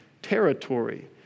territory